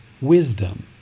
wisdom